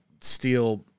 steal